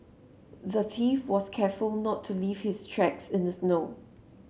the thief was careful not to leave his tracks in the snow